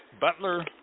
Butler